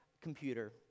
computer